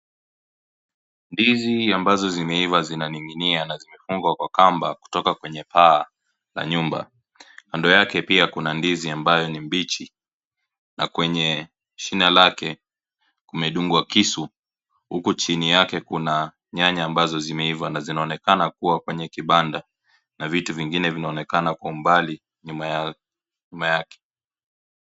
Ndizi ambazo zimeiva zinaning'inia na zimefungwa kwa kamba kutoka kwenye baa la nyumba, kando yake pia kuna ndizi ambayo ni mbichi na kwenye jina yake kumedungwa kisu huko chini yake kuna nyanya zimeiva zinaonekana kuwa kwenye kibanda na vitu vingine vinaonekana kwa umbali nyuma yake.